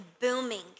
booming